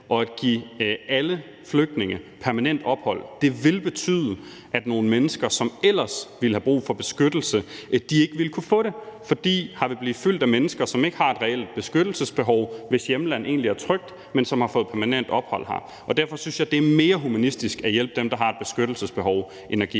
At give alle flygtninge permanent ophold vil betyde, at nogle mennesker, som ellers har brug for beskyttelse, ikke ville kunne få det, fordi her vil blive fyldt med mennesker, som ikke har et reelt beskyttelsesbehov, hvis hjemland egentlig er trygt, men som har fået permanent ophold her. Derfor synes jeg, det er mere humanistisk at hjælpe dem, der har et beskyttelsesbehov, end at give